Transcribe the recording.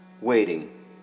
waiting